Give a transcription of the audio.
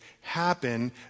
happen